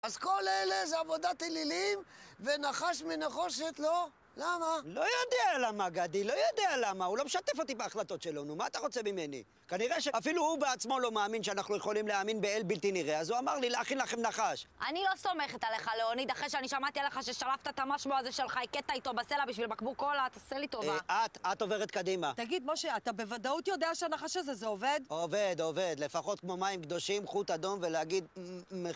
אז כל אלה זה עבודת אלילים ונחש מנחושת? לא? למה? לא יודע למה, גדי, לא יודע למה, הוא לא משתף אותי בהחלטות שלנו, מה אתה רוצה ממני? כנראה שאפילו הוא בעצמו לא מאמין שאנחנו יכולים להאמין באל בלתי נראה, אז הוא אמר לי להכין לכם נחש. אני לא סומכת עליך, לאוניד, אחרי שאני שמעתי עליך ששלפת את המשמו הזה שלך, הכת איתו בסלע בשביל בקבוק קולה, תעשה לי טובה. את, את עוברת קדימה. תגיד, משה, אתה בוודאות יודע שהנחש הזה זה עובד? עובד, עובד, לפחות כמו מים קדושים, חוט אדום ולהגיד...